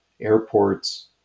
airports